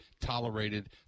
tolerated